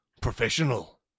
professional